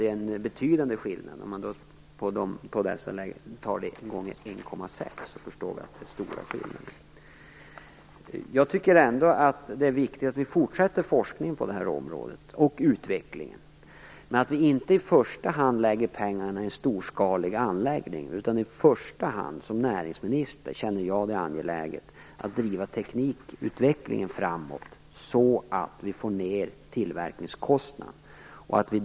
När vi tar det gånger 1,6 förstår vi att det är stora skillnader. Jag tycker ändå att det är viktigt att vi fortsätter forskningen och utvecklingen på det här området, men vi skall inte i första hand lägga pengarna i en storskalig anläggning. Som näringsminister känner jag det angeläget att driva teknikutvecklingen framåt så att vi får ned tillverkningskostnaderna.